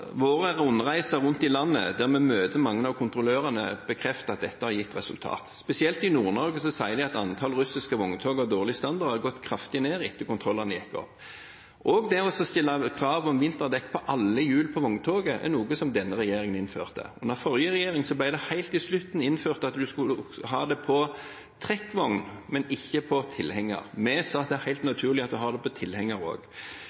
Våre rundreiser rundt i landet, der vi møter mange av kontrollørene, bekrefter at dette har gitt resultat. Spesielt i Nord-Norge sier de at antallet russiske vogntog med dårlig standard har gått kraftig ned etter at kontrollene gikk opp. Det å stille krav om vinterdekk på alle hjul på vogntoget er noe denne regjeringen innførte. Under forrige regjering ble det helt på slutten innført at en skulle ha det på trekkvogn, men ikke på tilhenger. Vi sa at det er